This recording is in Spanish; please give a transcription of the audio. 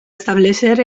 establecer